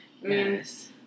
Yes